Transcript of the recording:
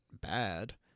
bad